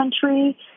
country